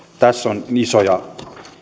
tässä on isoja